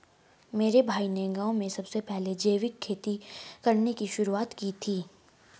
मेरे भाई ने गांव में सबसे पहले जैविक खेती करने की शुरुआत की थी